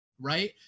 right